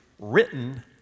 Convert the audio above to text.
written